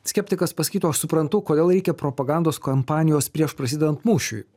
skeptikas pasakytų aš suprantu kodėl reikia propagandos kampanijos prieš prasidedant mūšiui